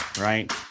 right